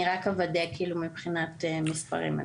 אני רק אוודא מבחינת מספרים.